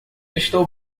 estou